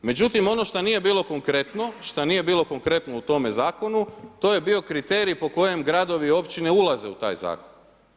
Međutim ono što nije bilo konkretno, šta nije bilo konkretno u tome zakonu, to je bio kriterij po kojem gradovi i općine ulaze u taj zakon.